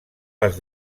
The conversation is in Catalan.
les